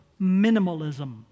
minimalism